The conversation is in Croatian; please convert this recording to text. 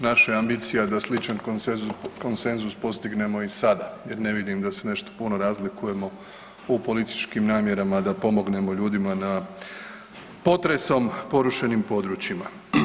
Naša ambicija je da sličan konsenzus postignemo i sada jer ne vidim da se nešto puno razlikujemo u političkim namjerama da pomognemo ljudima na potresom porušenim područjima.